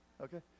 okay